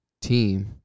team